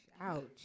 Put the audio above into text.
Ouch